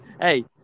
Hey